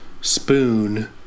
Spoon